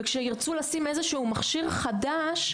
וכשהם ירצו לשים איזשהו מכשיר חדש,